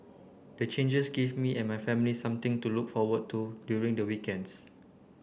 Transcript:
the changes give me and my family something to look forward to during the weekends